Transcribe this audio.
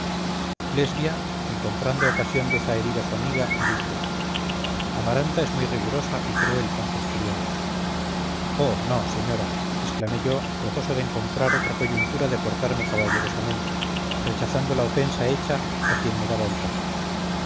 lesbia encontrando ocasión de zaherir a su amiga me dijo amaranta es muy rigurosa y cruel con sus criados oh no señora exclamé yo gozoso de encontrar otra coyuntura de portarme caballerosamente rechazando la ofensa hecha a quien me daba el pan